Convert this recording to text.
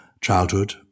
childhood